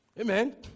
Amen